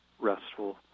restful